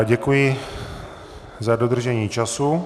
Děkuji za dodržení času.